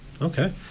Okay